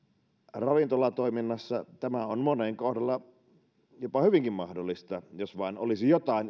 ravintolatoiminnassa tämä on monen kohdalla jopa hyvinkin mahdollista jos vain olisi jotain